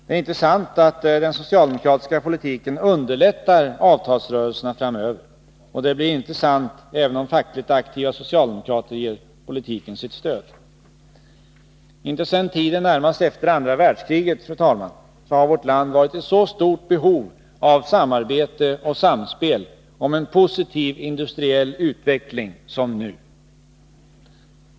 Det är inte sant att den socialdemokratiska politiken underlättar avtalsrörelserna framöver, och det blir inte sant även om fackligt aktiva socialdemokrater ger den politiken sitt stöd. Inte sedan tiden närmast efter andra världskriget har vårt land varit i så stort behov av samarbete och samspel om en positiv industriell utveckling som nu.